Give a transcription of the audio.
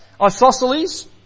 Isosceles